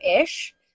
ish